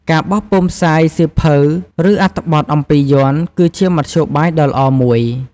ការបោះពុម្ពផ្សាយសៀវភៅ ឬអត្ថបទអំពីយ័ន្ត គឺជាមធ្យោបាយដ៏ល្អមួយ។